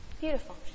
Beautiful